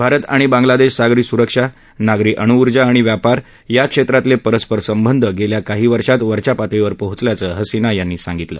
भारत आणि बांगलादेश सागरी सुरक्षा नागरी अणूऊर्जा आणि व्यापार या क्षेत्रातले परस्परसंबंध गेल्या काही वर्षात वरच्या पातळीवर पोचल्याचं हसिना यांनी सांगितलं